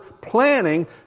planning